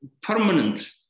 permanent